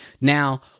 Now